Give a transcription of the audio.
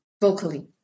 vocally